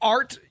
Art